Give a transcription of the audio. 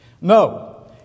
No